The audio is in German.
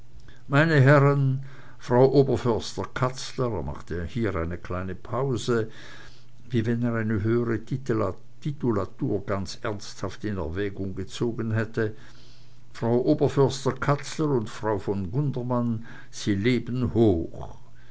meine herren frau oberförster katzler er machte hier eine kleine pause wie wenn er eine höhere titulatur ganz ernsthaft in erwägung gezogen hätte frau oberförster katzler und frau von gundermann sie leben hoch